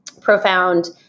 profound